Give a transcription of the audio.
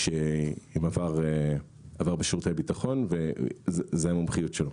עם עבר בשירותי הביטחון וזו המומחיות שלו.